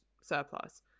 surplus